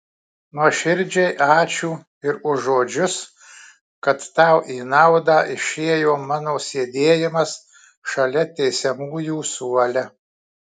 nuoširdžiai ačiū ir už žodžius kad tau į naudą išėjo mano sėdėjimas šalia teisiamųjų suole